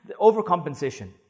Overcompensation